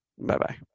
Bye-bye